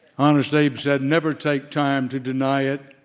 honest abe said, never take time to deny it,